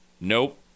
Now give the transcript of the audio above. nope